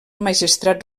magistrat